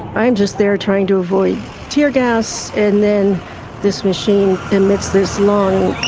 i'm just there trying to avoid tear gas, and then this machine emits this long